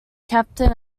captain